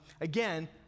again